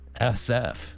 SF